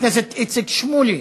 חבר הכנסת איציק שמולי,